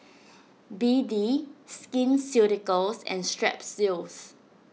B D Skin Ceuticals and Strepsils